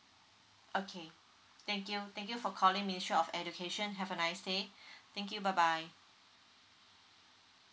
okay thank you thank you for calling ministry of education have a nice day thank you bye bye